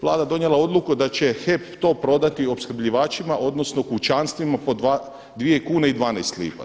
Vlada donijela odluku da će HEP to prodati opskrbljivačima odnosno kućanstvima po 2 kune i 12 lipa.